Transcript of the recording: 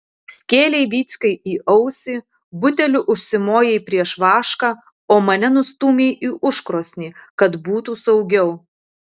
skėlei vyckai į ausį buteliu užsimojai prieš vašką o mane nustūmei į užkrosnį kad būtų saugiau